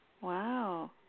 Wow